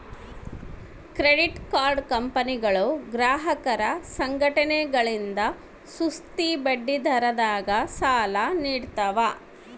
credit card ಕಂಪನಿಗಳು ಗ್ರಾಹಕರ ಸಂಘಟನೆಗಳಿಂದ ಸುಸ್ತಿ ಬಡ್ಡಿದರದಾಗ ಸಾಲ ನೀಡ್ತವ